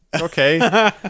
okay